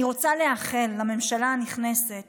אני רוצה לאחל לממשלה הנכנסת